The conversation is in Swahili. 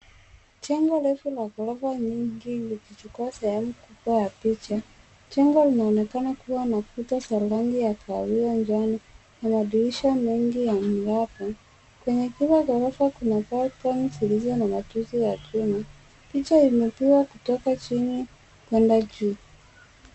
Jengo refu la ghorofa nyingi likichukua sehemu kubwa ya picha. Jengo linaonekana kuwa na Kuta za rangi ya kahawia ndani na madirisha mengi a miraba. kwenye kila ghorofa Kuna balcony zilizo na madirisha ya krimu .Picha imepigwa kutoka chini kwenda juu.